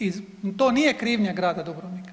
I to nije krivnja grada Dubrovnika.